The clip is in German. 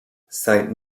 sein